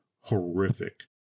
horrific